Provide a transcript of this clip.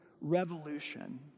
revolution